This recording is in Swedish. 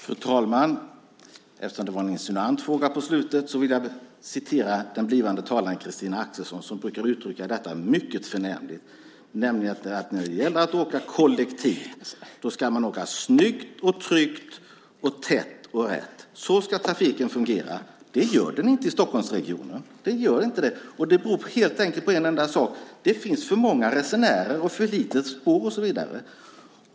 Fru talman! Eftersom det var en insinuant fråga på slutet vill jag citera den kommande talaren Christina Axelsson, som brukar uttrycka detta mycket förnämligt. När det gäller att åka kollektivt ska man åka snyggt och tryggt och tätt och rätt. Så ska trafiken fungera. Det gör den inte i Stockholmsregionen. Den gör inte det, och det beror helt enkelt på en enda sak. Det finns för många resenärer och för lite spår och så vidare.